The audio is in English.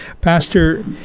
pastor